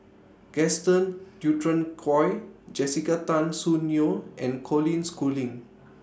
Gaston Dutronquoy Jessica Tan Soon Neo and Colin Schooling